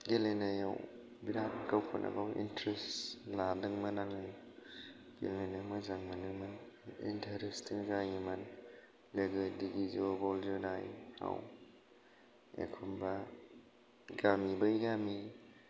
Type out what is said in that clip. गेलेनायाव बिराद गावखौनो गाव इन्ट्रेस्ट लादोंमोन आङो गेलेनो मोजां मोनोमोन इन्ट्रेस्टबो जायोमोन बेबायदिनो ज बल जोनाय दं एखमबा गामि बै गामि